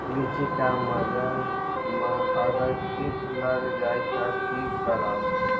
लिचि क मजर म अगर किट लग जाई त की करब?